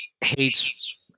hates